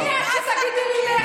מי את שתגידי לי לכי?